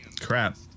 Crap